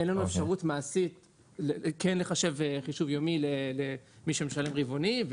אין לנו אפשרות מעשית כן לחשב חישוב יומי למי שמשלם רבעוני,